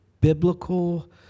biblical